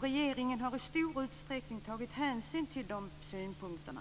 Regeringen har i stor utsträckningen tagit hänsyn till dessa synpunkter.